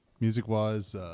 Music-wise